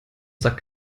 sack